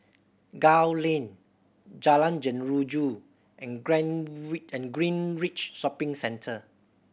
Gul Lane Jalan Jeruju and Greenridge Shopping Centre